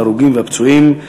ההרוגים והפצועים,